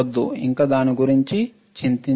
వద్దు ఇంకా దాని గురించి చింతించకండి